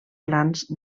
plans